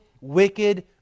wicked